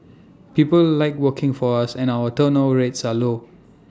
people like working for us and our turnover rates are low